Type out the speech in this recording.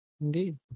Indeed